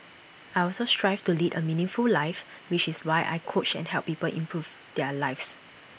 I also strive to lead A meaningful life which is why I coach and help people improve their lives